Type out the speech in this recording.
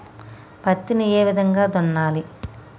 పత్తిని ఏ విధంగా దున్నాలి?